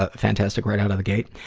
ah fantastic right out of the gate?